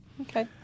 Okay